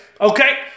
Okay